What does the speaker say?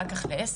אחר כך ל-10,